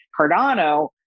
Cardano